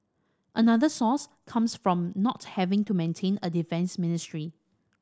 another source comes from not having to maintain a defence ministry